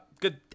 Good